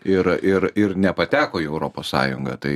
ir ir ir nepateko į europos sąjungą tai